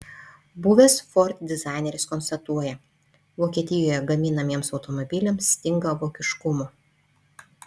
buvęs ford dizaineris konstatuoja vokietijoje gaminamiems automobiliams stinga vokiškumo